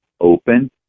open